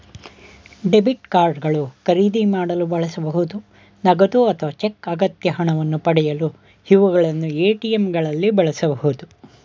debit card ಗಳು ಖರೀದಿ ಮಾಡಲು ಬಳಸಬಹುದು ನಗದು ಅಥವಾ ಚೆಕ್ ಅಗತ್ಯ ಹಣವನ್ನು ಪಡೆಯಲು ಇವುಗಳನ್ನು ಎ.ಟಿ.ಎಂ ಗಳಲ್ಲಿ ಬಳಸಬಹುದು